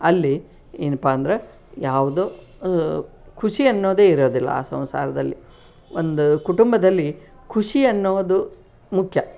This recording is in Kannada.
ಅಲ್ಲಿ ಏನಪ್ಪಾ ಅಂದ್ರೆ ಯಾವುದೋ ಖುಷಿ ಅನ್ನೋದೆ ಇರೋದಿಲ್ಲ ಆ ಸಂಸಾರದಲ್ಲಿ ಒಂದು ಕುಟುಂಬದಲ್ಲಿ ಖುಷಿ ಅನ್ನುವುದು ಮುಖ್ಯ